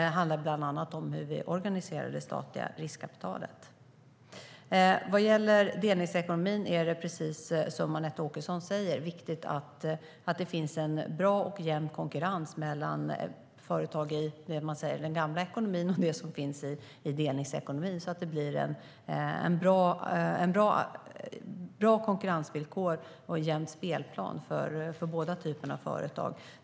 Det handlar bland annat om hur vi organiserar det statliga riskkapitalet. Vad gäller delningsekonomin är det precis som Anette Åkesson säger viktigt att det finns en bra och jämn konkurrens mellan företag i det man kallar den gamla ekonomin och företag som finns i delningsekonomin, så att det blir bra konkurrensvillkor och en jämn spelplan för båda typerna av företag.